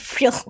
real